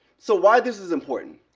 so why this is important?